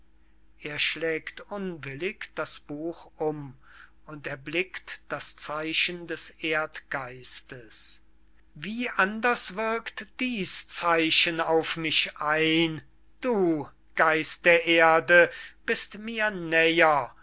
er schlägt unwillig das buch um und erblickt das zeichen des erdgeistes wie anders wirkt dieß zeichen auf mich ein du geist der erde bist mir